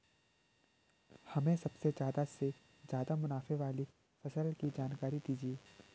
हमें सबसे ज़्यादा से ज़्यादा मुनाफे वाली फसल की जानकारी दीजिए